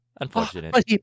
unfortunate